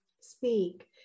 speak